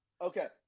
Okay